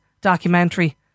documentary